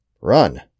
Run